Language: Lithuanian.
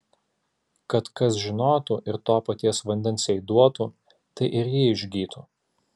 kad kas žinotų ir to paties vandens jai duotų tai ir ji išgytų